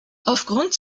aufgrund